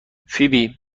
فیبی